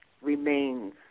remains